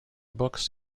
books